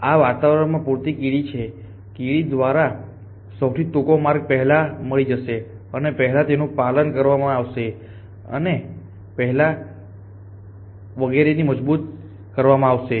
આ વાતાવરણમાં પૂરતી કીડી છે કીડી દ્વારા સૌથી ટૂંકો માર્ગ પહેલા મળી જશે અને પહેલા તેનું પાલન કરવામાં આવશે અને પહેલા અને વગેરેને મજબૂત કરવામાં આવશે